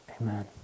Amen